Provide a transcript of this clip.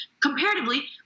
Comparatively